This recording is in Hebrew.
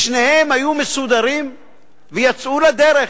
ושניהם היו מסודרים ויצאו לדרך.